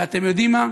ואתם יודעים מה?